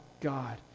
God